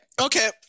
Okay